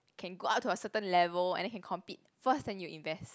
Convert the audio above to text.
can go up to a certain level and then can compete first then you invest